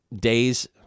Day's